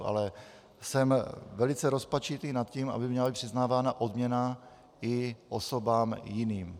Ale jsem velice rozpačitý nad tím, aby měla být přiznávána odměna i osobám jiným.